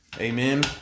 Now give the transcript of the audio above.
amen